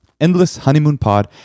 endlesshoneymoonpod